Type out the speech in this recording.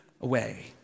away